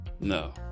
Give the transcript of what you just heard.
No